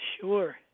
sure